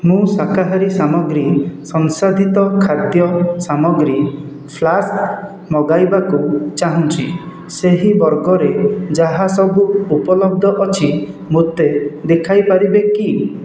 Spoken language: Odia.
ମୁଁ ଶାକାହାରୀ ସାମଗ୍ରୀ ସଂସାଧିତ ଖାଦ୍ୟ ସାମଗ୍ରୀ ଫ୍ଲାସ୍କ୍ ମଗାଇବାକୁ ଚାହୁଁଛି ସେହି ବର୍ଗରେ ଯାହା ସବୁ ଉପଲବ୍ଧ ଅଛି ମୋତେ ଦେଖାଇପାରିବେ କି